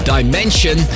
Dimension